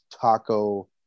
taco